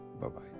Bye-bye